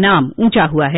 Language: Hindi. नाम ऊंचा हुआ है